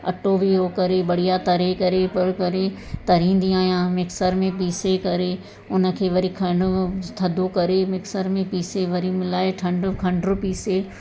अटो बि हुओ करे बढ़िया तरे करे पोइ करे तरींदी आहियां मिक्सर में पीसे करे उन खे वरी खणो थदो करे मिक्सर में पीसे वरी मिलाए ठंड खंड पीसे